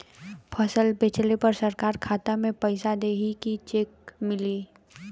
फसल बेंचले पर सरकार खाता में पैसा देही की चेक मिली?